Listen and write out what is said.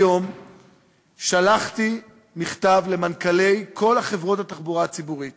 היום שלחתי מכתב למנכ"לי כל חברות התחבורה הציבורית